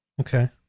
Okay